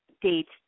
dates